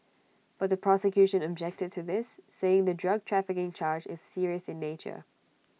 but the prosecution objected to this saying the drug trafficking charge is serious in nature